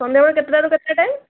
ସନ୍ଧ୍ୟାବେଳେ କେତେଟାରୁ କେତେଟା ଟାଇମ୍